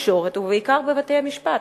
התקשורת ובעיקר בתי-המשפט.